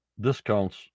discounts